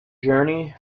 journey